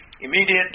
Immediately